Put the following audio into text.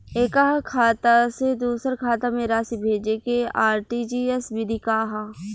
एकह खाता से दूसर खाता में राशि भेजेके आर.टी.जी.एस विधि का ह?